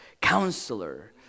counselor